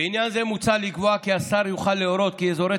בעניין זה מוצע לקבוע כי השר יוכל להורות כי אזורי